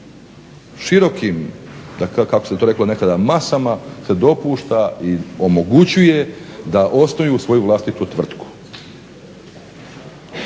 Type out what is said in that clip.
Širokim, kako bi se to reklo nekada masama, se dopušta i omogućuje da osnuju svoju vlastitu tvrtku.